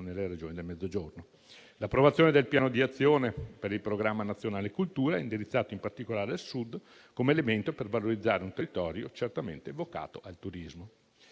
nelle Regioni del Mezzogiorno. L'approvazione del piano di azione per il Programma nazionale cultura è indirizzata in particolare al Sud come elemento per valorizzare un territorio certamente vocato al turismo.